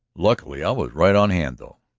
lucky i was right on hand, though.